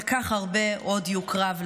כל כך הרבה עוד יוקרב,